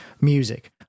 music